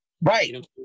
Right